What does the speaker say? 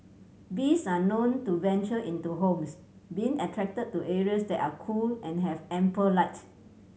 bees are known to venture into homes being attracted to areas that are cool and have ample light